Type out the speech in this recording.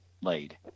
laid